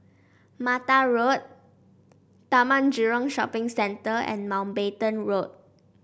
Mata Road Taman Jurong Shopping Centre and Mountbatten Road